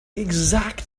exact